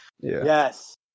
yes